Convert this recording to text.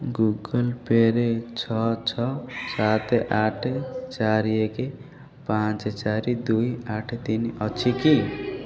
Google Pay' ରେ ଛଅ ଛଅ ସାତ ଆଠ ଚାରି ଏକ ପାଞ୍ଚ ଚାରି ଦୁଇ ଆଠ ତିନି ଅଛି କି